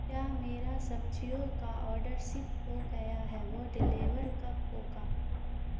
کیا میرا سبزیوں کا آرڈر سپ ہو گیا ہے وہ ڈیلیور کب ہوگا